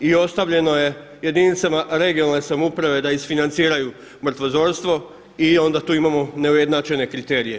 I ostavljeno je jedinicama regionalne samouprave da isfinanciraju mrtvozorstvo i onda tu imamo neujednačene kriterije.